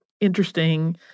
interesting